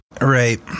Right